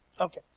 Okay